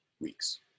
weeks